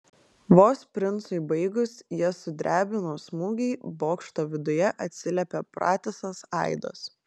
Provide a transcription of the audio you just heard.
vos princui baigus jas sudrebino smūgiai bokšto viduje atsiliepė pratisas aidas